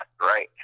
right